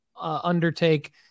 undertake